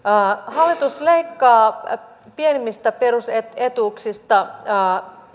hallitus sekä leikkaa pienimmistä perusetuuksista